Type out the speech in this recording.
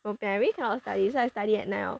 我 barry cannot study so I study at night lor